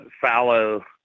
fallow